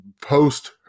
post